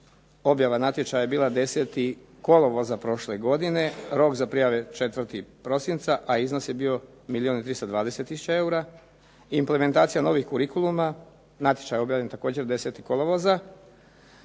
Objava natječaja je bila 10. kolovoza prošle godine, rok za prijave 4. prosinca a iznos je bio milijun i 320 tisuća eura. Implementacija novih kurikuluma, natječaj je objavljen također 10. kolovoza,